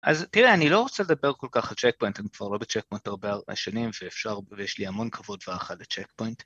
‫אז תראה, אני לא רוצה לדבר ‫כל כך על צ'קפוינט, ‫אני כבר לא בצ'קפוינט הרבה הרבה שנים, ‫ואפשר... ויש לי המון כבוד ואחד לצ'קפוינט.